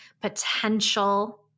potential